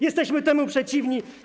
Jesteśmy temu przeciwni.